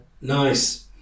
Nice